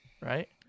right